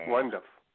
Wonderful